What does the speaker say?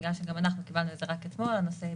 בגלל שגם אנחנו קיבלנו את זה רק אתמול הנושא ייבחן.